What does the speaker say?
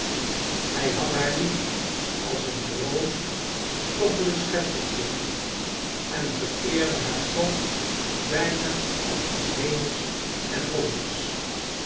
hij had haar lief als een broos stoffelijk schepseltje en vereerde haar toch bijna als iets hemelsch en goddelijks